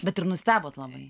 bet ir nustebote labai